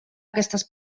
aquestes